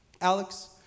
Alex